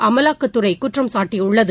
அமலாக்கத்துறை குற்றம் காட்டியுள்ளது